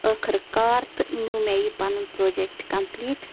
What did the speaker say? ٲخٕر کار تہٕ نیوٗ مےٚ یہِ پَنُن پروٚجَکٹ کَمپٕلیٖٹ